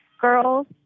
girls